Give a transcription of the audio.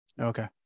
Okay